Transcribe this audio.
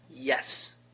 Yes